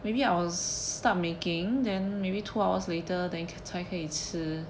maybe I'll start making then maybe two hours later than ca~ 才可以吃